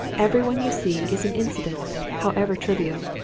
everyone you see is an incident, however trivial,